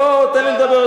בוא, תן לי לדבר.